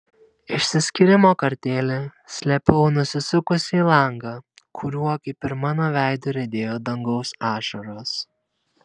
išsiskyrimo kartėlį slėpiau nusisukusi į langą kuriuo kaip ir mano veidu riedėjo dangaus ašaros